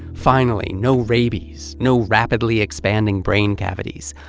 finally, no rabies, no rapidly-expanding brain cavities,